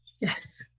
Yes